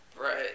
Right